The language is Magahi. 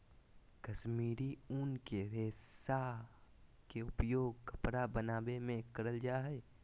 कश्मीरी उन के रेशा के उपयोग कपड़ा बनावे मे करल जा हय